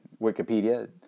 Wikipedia